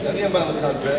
אני אומר לך את זה,